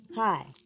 hi